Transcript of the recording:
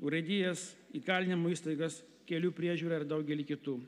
urėdijas įkalinimo įstaigas kelių priežiūrą ir daugelį kitų